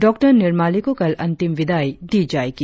डॉ निरमली को कल अंतिम विदाई दी जाएगी